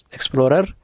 Explorer